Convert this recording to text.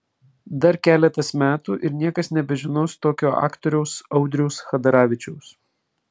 dar keletas metų ir niekas nebežinos tokio aktoriaus audriaus chadaravičiaus